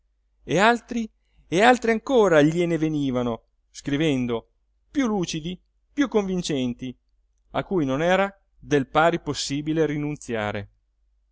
e altri e altri ancora gliene venivano scrivendo piú lucidi piú convincenti a cui non era del pari possibile rinunziare